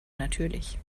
natürlich